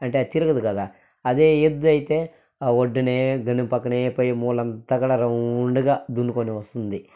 అంటే అది తిరగదు కదా అదే ఎద్దు అయితే ఒడ్డునే గనుము పక్కనే పోయి ములంతా కూడా రౌండ్గా దున్నుకొని వస్తుంది